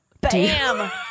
bam